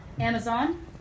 Amazon